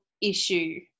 issue